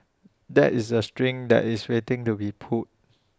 that is A string that is waiting to be pulled